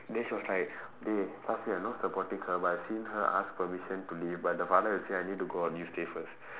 then she was like trust me I not supporting her but I've seen her ask permission to leave but the father would say I need to go out you stay first